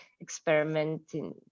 experimenting